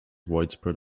widespread